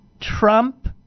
Trump